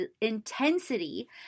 intensity